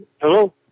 Hello